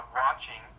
watching